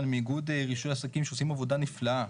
מאיגוד רישוי עסקים שעושים עבודה נפלאה.